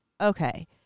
Okay